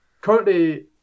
currently